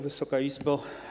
Wysoka Izbo!